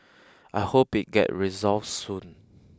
I hope it get resolved soon